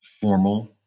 formal